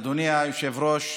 אדוני היושב-ראש,